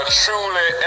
truly